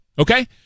Okay